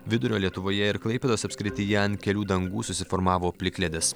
vidurio lietuvoje ir klaipėdos apskrityje ant kelių dangų susiformavo plikledis